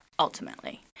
Ultimately